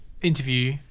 interview